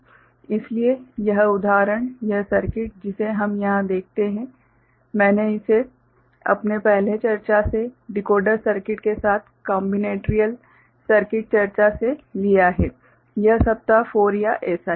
इसलिए यह उदाहरण यह सर्किट जिसे हम यहां देखते हैं मैंने इसे अपने पहले चर्चा से डिकोडर सर्किट के साथ कॉम्बीनेटरियल सर्किट चर्चा से लिया है शायद सप्ताह 4 या एसा ही